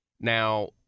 Now